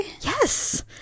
Yes